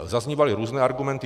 Zaznívaly různé argumenty.